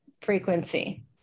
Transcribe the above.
frequency